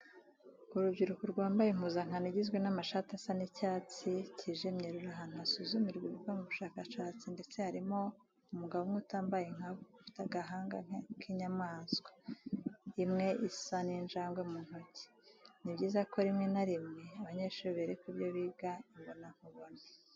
Urubyiruko rwambaye impuzankano igizwe n'amashati asa n'icyatdi kijimye ruri ahantu hasuzumirwa ibiva mu bushakashatsi ndetse harimo umugabo umwe utambaye nka bo ufite agahanga k'inyamaswa imwe isa n'injangwe mu ntoki. Ni byiza ko rimwe na rimwe abanyeshuri berekwa ibyo biga imbonankubone.